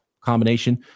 combination